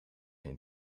een